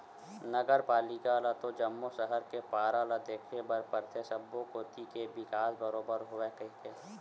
नगर पालिका ल तो जम्मो सहर के पारा ल देखे बर परथे सब्बो कोती के बिकास बरोबर होवय कहिके